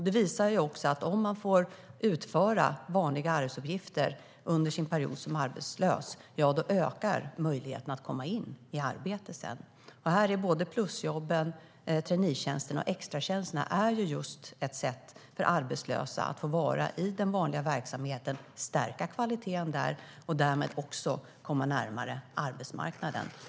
Det visar sig att om man får utföra vanliga arbetsuppgifter under sin period som arbetslös ökar möjligheterna att komma in i arbete sedan. Här är plusjobben, traineetjänsterna och extratjänsterna ett sätt för arbetslösa att få vara i den vanliga verksamheten, stärka kvaliteten där och därmed också komma närmare arbetsmarknaden.